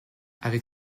avec